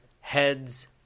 heads